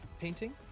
painting